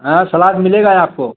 हाँ सलाद मिलेगा यहाँ आपको